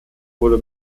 wurde